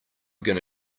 gonna